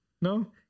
No